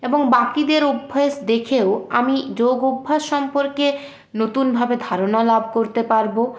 এবং বাকিদের অভ্যেস দেখেও আমি যোগ অভ্যাস সম্পর্কে নতুনভাবে ধারণা লাভ করতে পারবো